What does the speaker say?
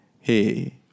hey